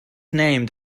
named